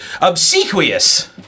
obsequious